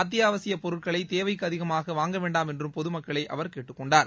அத்தியாவசியப் பொருட்களை தேவைக்கு அதிகமாக வாங்க வேண்டாம் என்றும் பொதுமக்களை அவர் கேட்டுக் கொண்டார்